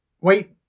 Wait